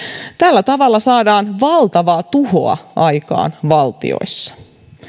tällä tavalla saadaan valtavaa tuhoa aikaan valtioissa